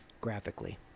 graphically